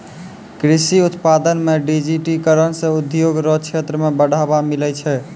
कृषि उत्पादन मे डिजिटिकरण से उद्योग रो क्षेत्र मे बढ़ावा मिलै छै